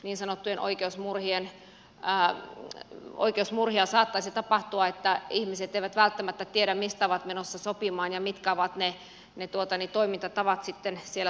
niin sanottuja oikeusmurhia saattaisi tapahtua että ihmiset eivät välttämättä tiedä mistä ovat menossa sopimaan ja mitkä ovat toimintatavat sovittelussa